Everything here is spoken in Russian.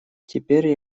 теперь